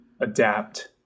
adapt